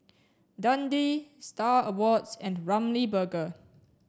Dundee Star Awards and Ramly Burger